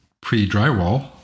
pre-drywall